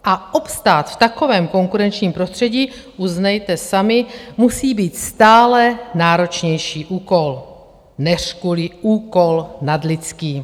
A obstát v takovém konkurenčním prostředí, uznejte sami, musí být stále náročnější úkol, neřkuli úkol nadlidský.